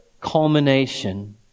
culmination